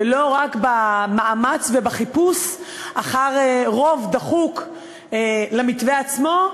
ולא רק במאמץ ובחיפוש אחר רוב דחוק למתווה עצמו,